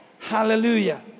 Hallelujah